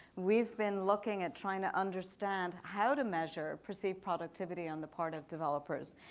we've been looking at trying to understand how to measure perceived productivity on the part of developers.